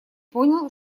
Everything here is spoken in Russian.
понял